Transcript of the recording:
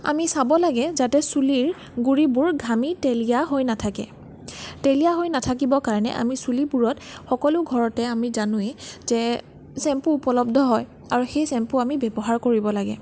আমি চাব লাগে যাতে চুলিৰ গুৰিবোৰ ঘামি তেলীয়া হৈ নাথাকে তেলীয়া হৈ নাথাকিবৰ কাৰণে আমি চুলিবোৰত সকলো ঘৰতে আমি জানোৱেই যে চেম্পু উপলব্ধ হয় আৰু আমি সেই চেম্পু আমি ব্যৱহাৰ কৰিব লাগে